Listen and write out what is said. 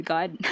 God